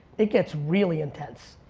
it gets really intense.